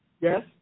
Yes